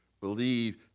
Believe